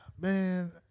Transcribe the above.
Man